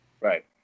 Right